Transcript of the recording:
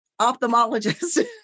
ophthalmologist